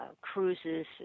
cruises